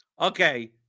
okay